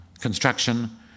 construction